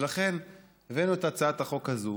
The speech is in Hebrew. ולכן הבאנו את הצעת החוק הזו,